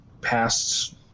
past